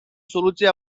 soluție